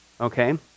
okay